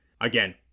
Again